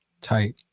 tight